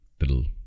little